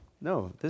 no